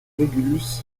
régulus